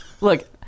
Look